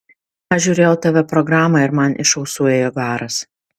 aš žiūrėjau tv programą ir man iš ausų ėjo garas